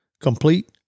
complete